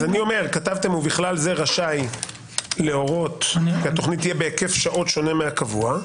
כתבתם: ובכלל זה רשאי להורות כי התוכנית תהיה בהיקף שעות שונה מהקבוע,